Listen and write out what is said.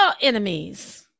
enemies